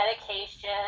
medication